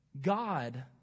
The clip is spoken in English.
God